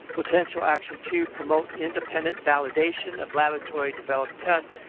potential action two promote independent validation of laboratory-developed tests,